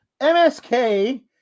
MSK